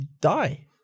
die